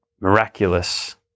miraculous